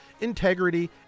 integrity